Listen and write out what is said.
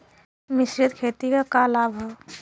मिश्रित खेती क का लाभ ह?